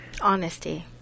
Honesty